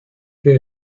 que